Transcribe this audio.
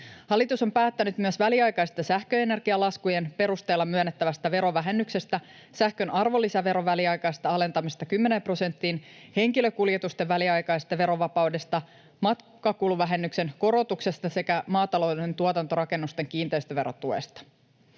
Hallitus on päättänyt myös väliaikaisesta sähköenergialaskujen perusteella myönnettävästä verovähennyksestä, sähkön arvonlisäveron väliaikaisesta alentamisesta kymmeneen prosenttiin, henkilökuljetusten väliaikaisesta verovapaudesta, matkakuluvähennyksen korotuksesta sekä maatalouden tuotantorakennusten kiinteistöverotuesta.